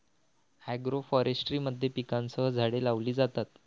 agroforestry मध्ये पिकांसह झाडे लावली जातात